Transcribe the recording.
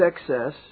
excess